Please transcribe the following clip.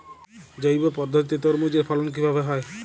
জৈব পদ্ধতিতে তরমুজের ফলন কিভাবে হয়?